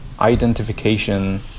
identification